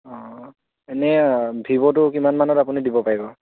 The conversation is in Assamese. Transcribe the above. অ' এনেই ভিভ'টো কিমান মানত আপুনি দিব পাৰিব